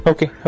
Okay